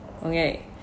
Okay